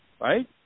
Right